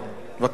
בבקשה, אדוני.